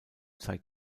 zeigt